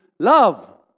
Love